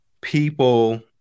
people